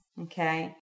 Okay